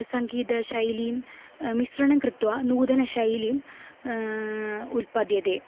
सङ्गीतशैलीं मिश्रणं कृत्वा नूतनशैली उल्पाद्यते